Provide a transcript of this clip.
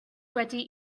wedi